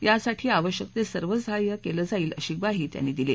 यासाठी आवश्यक ते सर्व सहाय्य केलं जाईल अशी ग्वाही त्यांनी दिली